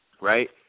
right